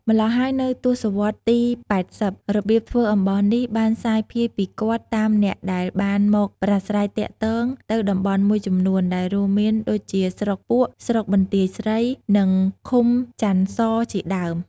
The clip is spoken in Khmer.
ម្ល៉ោះហើយនៅទស្សវដ្តទី៨០ របៀបធ្វើអំបោសនេះ បានសាយភាយពីគាត់តាមអ្នកដែលបានមកប្រស្រ័យទាក់ទង ទៅតំបន់មួយចំនួន ដែររួមមានដូចជាស្រុកពួក ស្រុកបន្ទាយស្រី និងឃុំចន្ទសរ ជាដើម។